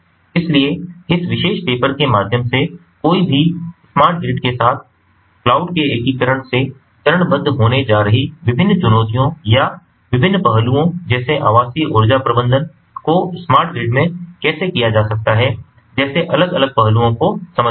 इसलिए इस विशेष पेपर के माध्यम से कोई भी स्मार्ट ग्रिड के साथ क्लाउड के एकीकरण से चरणबद्ध होने जा रही विभिन्न चुनौतियों या विभिन्न पहलुओं जैसे आवासीय ऊर्जा प्रबंधन को स्मार्ट ग्रिड में कैसे किया जा सकता है जैसे अलग अलग पहलुओं को समझ सकता है